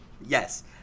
Yes